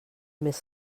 més